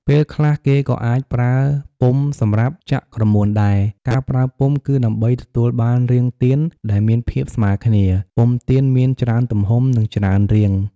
ពេលខ្លះ គេក៏អាចប្រើពុម្ពសម្រាប់ចាក់ក្រមួនដែរ ការប្រើពុម្ពគឺដើម្បីទទួលបានរាងទៀនដែលមានភាពស្មើគ្នា ពុម្ពទៀនមានច្រើនទំហំ និងច្រើនរាង។